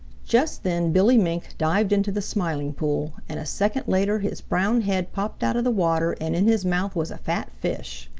just then billy mink dived into the smiling pool, and a second later his brown head popped out of the water and in his mouth was a fat fish.